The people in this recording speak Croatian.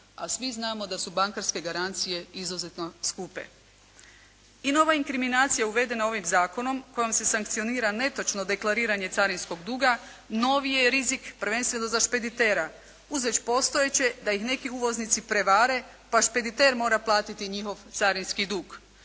a svi znamo da su bankarske garancije izuzetno skupe. I nova inkriminacija uvedena ovim zakonom kojom se sankcionira netočno deklariranje carinskog duga novi je rizik prvenstveno za špeditera uz već postojeće da ih neki uvoznici prevare pa špediter mora platiti njihov carinski dug.